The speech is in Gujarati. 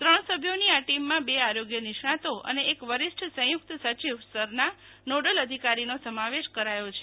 ત્રણ સભ્યોની આ ટીમમાં બે આરોગ્ય નિષ્ણાંતો અને એક વરીષ્ઠ સંયુક્ત સચિવ સ્તરના નોડલ અધિકારીનો સમાવેશ કરાયો છે